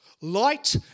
Light